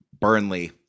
burnley